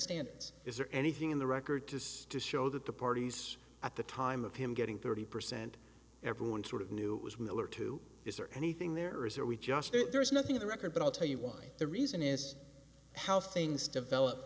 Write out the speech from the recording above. standards is there anything in the record just to show that the parties at the time of him getting thirty percent everyone sort of knew it was miller too is there anything there is are we just there's nothing in the record but i'll tell you why the reason is how things developed